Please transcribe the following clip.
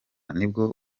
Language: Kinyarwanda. nibwo